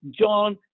John